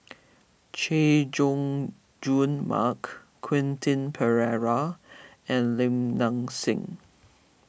Chay Jung Jun Mark Quentin Pereira and Lim Nang Seng